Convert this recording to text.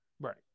Right